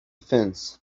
fence